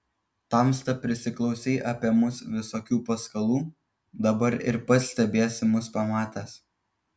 tamsta prisiklausei apie mus visokių paskalų dabar ir pats stebiesi mus pamatęs